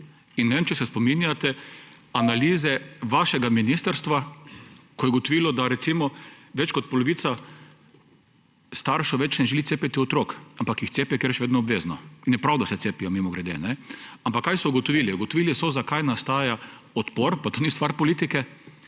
In ne vem, če se spominjate analize vašega ministrstva, ko je ugotovilo, da recimo več kot polovica staršev več ne želi cepiti otrok, ampak jih cepi, ker je še vedno obvezno. In je prav, da se cepijo, mimogrede. Ampak, kaj so ugotovili? Ugotovili so, zakaj nastaja odpor, pa to ni stvar politike,